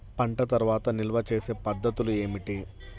పంట తర్వాత నిల్వ చేసే పద్ధతులు ఏమిటి?